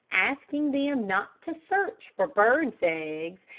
asking them not to search for birds' eggs,